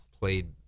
played